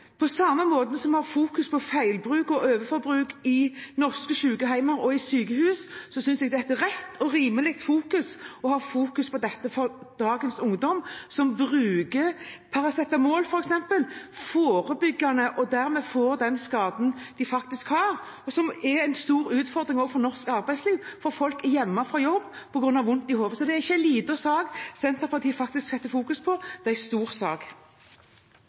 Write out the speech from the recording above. På samme måte som vi fokuserer på feil bruk og overforbruk i norske sykehjem og sykehus, synes jeg det er rett og rimelig å fokusere på dette. Dagens ungdom som f.eks. bruker paracetamol forebyggende og dermed får den skaden de faktisk får, er en stor utfordring også for norsk arbeidsliv, for folk er hjemme fra jobb på grunn av vondt i hodet. Det er ikke en liten sak Senterpartiet fokuserer på, det er en stor sak.